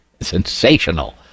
sensational